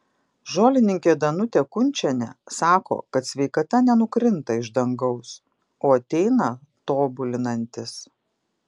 žolininkė danutė kunčienė sako kad sveikata nenukrinta iš dangaus o ateina tobulinantis